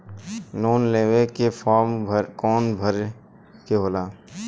Loan लेवे के form कौन भरे के होला?